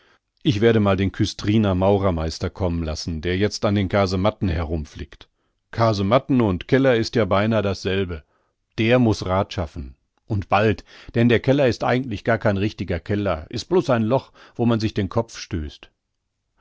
ich werde mal den küstriner maurermeister kommen lassen der jetzt an den kasematten herumflickt kasematten und keller ist ja beinah dasselbe der muß rath schaffen und bald denn der keller ist eigentlich gar kein richtiger keller is blos ein loch wo man sich den kopf stößt